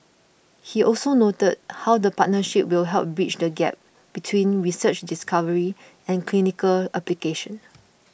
he also noted how the partnership will help bridge the gap between research discovery and clinical application